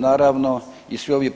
Naravno i svi ovi